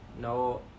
No